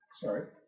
Sorry